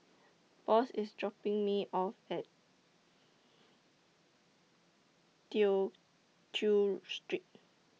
Boss IS dropping Me off At Tew Chew Street